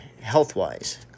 health-wise